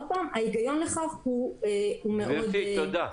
שוב, ההיגיון לכך מאוד --- גברתי, תודה.